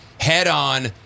head-on